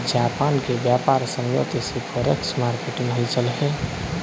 Japan के व्यापार समझौते से फॉरेक्स मार्केट में हलचल है